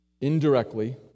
Indirectly